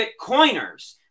Bitcoiners